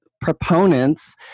proponents